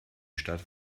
stadt